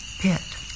pit